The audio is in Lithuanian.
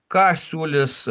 ką siūlys